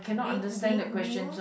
being being being